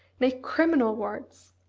nay! criminal words.